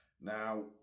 Now